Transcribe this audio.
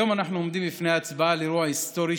היום אנחנו עומדים בפני הצבעה על אירוע היסטורי,